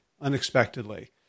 unexpectedly